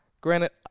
Granted